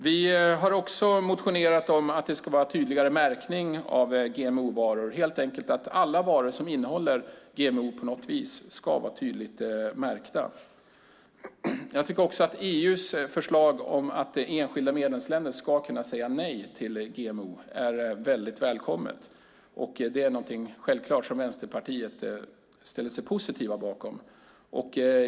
Vi har också motionerat om att det ska vara tydligare märkning av GMO-varor, helt enkelt att alla varor som innehåller GMO på något vis ska vara tydligt märkta. Jag tycker att EU:s förslag om att enskilda medlemsländer ska kunna säga nej till GMO är väldigt välkommet, och det är självklart någonting som Vänsterpartiet ställer sig positiva till.